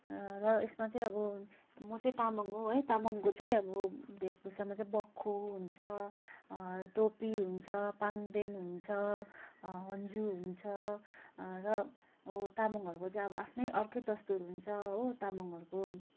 र यसमा चाहिँ अब म चाहिँ तामाङ हो है तामाङको चाहिँ अब वेशभूषामा चाहिँ बक्खु हुन्छ टोपी हुन्छ पाङ्देन हुन्छ हन्जु हुन्छ र तामाङहरूको चाहिँ अब आफ्नै अर्कै दस्तुर हुन्छ हो तामाङहरूको